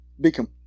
become